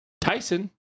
Tyson